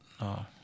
No